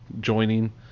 joining